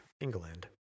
England